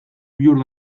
bihur